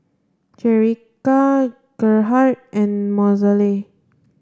Jerrica Gerhard and Mozelle